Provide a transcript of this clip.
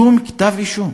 שום כתב אישום.